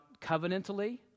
covenantally